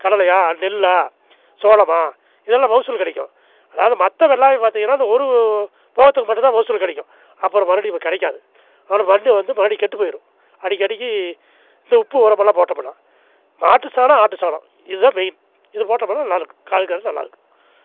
கடலையா நெல்லா சோளம்மா இதெல்லாம் மகசூல் கிடைக்கும் அதாவது மத்த வெள்ளாமை பார்த்திங்கனா அந்த ஒரு போகத்துக்கு மட்டுந்தான் மகசூல் கிடைக்கும் அப்பறம் மறுபடியும் கிடைக்காது மறு மண் வந்து மறுபடியும் கெட்டு போயிடும் அடிக்கடிக்கு இந்த உப்பு உரமெல்லாம் போட்டமுனா மாட்டு சாணம் ஆட்டு சாணம் இதுதான் மெயின் இது போட்டமுனா நல்லாருக் கரு கருனு நல்லாயிருக்கு